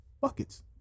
buckets